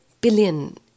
billion